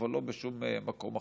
אבל לא בשום מקום אחר.